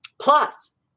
Plus